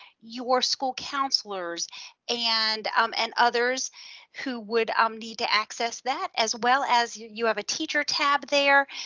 your school counselors and um and others who would um need to access that, as well as you you have a teacher tab there.